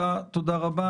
תודה רבה.